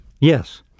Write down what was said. Yes